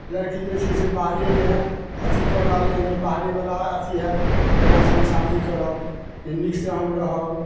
लड़की जे छै से बाहरेके अथी कऽ रहल हन जे बाहरे बला अथी होयत ओकरा सङ्ग शादी करब नीक से हम रहब